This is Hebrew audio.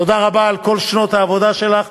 תודה רבה על כל שנות העבודה שלך.